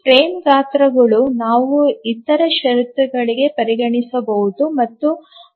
frame ಗಾತ್ರಗಳು ನಾವು ಇತರ ಷರತ್ತುಗಳಿಗೆ ಪರಿಗಣಿಸಬಹುದು ಮತ್ತು 1 ಅಲ್ಲ